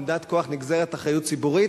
מעמדת כוח נגזרת אחריות ציבורית.